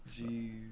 Jeez